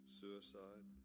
suicide